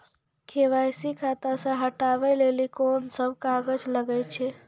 KYC खाता से हटाबै लेली कोंन सब कागज लगे छै?